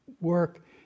work